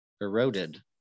eroded